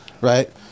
right